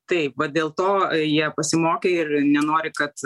taip va dėl to jie pasimokė ir nenori kad